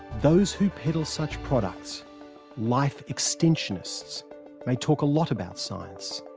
those who peddle such products life extensionists may talk a lot about science.